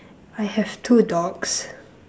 I have two dogs